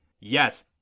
Yes